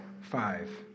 five